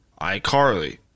iCarly